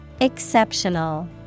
Exceptional